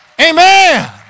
amen